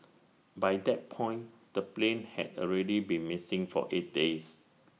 by that point the plane had already been missing for eight days